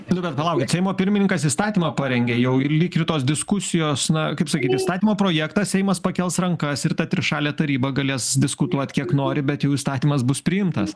nu bet palaukit seimo pirmininkas įstatymą parengė jau lyg ir tos diskusijos na kaip sakyt įstatymo projektas seimas pakels rankas ir ta trišalė taryba galės diskutuot kiek nori bet jau įstatymas bus priimtas